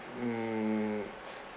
mm